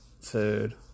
food